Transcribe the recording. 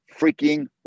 freaking